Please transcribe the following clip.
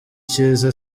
cyiza